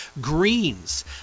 Greens